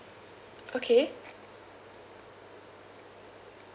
okay